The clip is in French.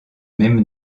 même